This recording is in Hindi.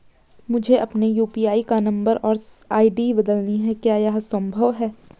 मुझे अपने यु.पी.आई का नम्बर और आई.डी बदलनी है क्या यह संभव है?